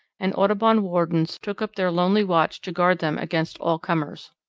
and audubon wardens took up their lonely watch to guard them against all comers.